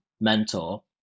mentor